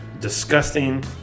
disgusting